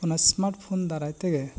ᱚᱱᱟ smart phone ᱫᱟᱨᱟᱭ ᱛᱮᱜᱮ